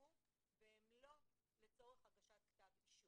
שנאספו והם לא לצורך הגשת כתב אישום.